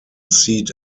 seat